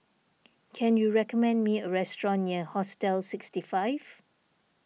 can you recommend me a restaurant near Hostel sixty five